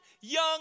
young